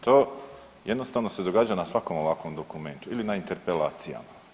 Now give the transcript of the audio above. To jednostavno se događa na svakom ovakvom dokumentu ili na interpelacijama.